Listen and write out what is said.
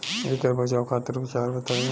ऐकर बचाव खातिर उपचार बताई?